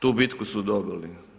Tu bitku su dobili.